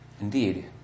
Indeed